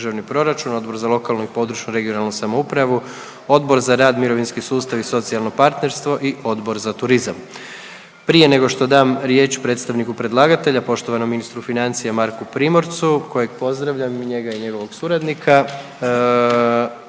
Odbor za lokalni i područnu (regionalnu) samoupravu, Odbor za rad, mirovinski sustav i socijalno partnerstvo i Odbor za turizam. Prije nego što dam riječ predstavniku predlagatelja poštovanom ministru financija Marku Primorcu kojeg pozdravljam, i njega i njegovog suradnika,